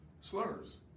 slurs